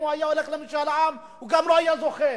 אם הוא היה הולך למשאל עם הוא גם לא היה זוכה.